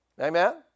Amen